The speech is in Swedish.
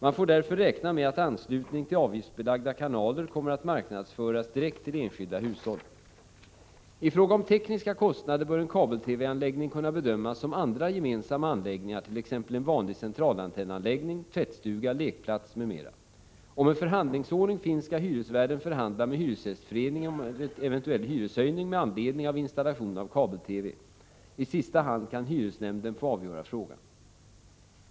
Man får därför räkna med att anslutning till avgiftsbelagda kanaler kommer att marknadsföras direkt till enskilda hushåll. I fråga om tekniska kostnader bör en kabel-TV-anläggning kunna bedömas som andra gemensamma anläggningar, t.ex. en vanlig centralantennanläggning, tvättstuga, lekplats m.m. Om en förhandlingsordning finns skall hyresvärden förhandla med hyresgästföreningen om eventuell hyreshöjning med anledning av installation av kabel-TV. I sista hand kan hyresnämnden få avgöra frågan.